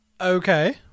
Okay